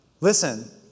Listen